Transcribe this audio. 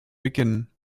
beginnen